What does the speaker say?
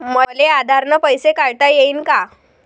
मले आधार न पैसे काढता येईन का?